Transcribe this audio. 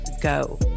go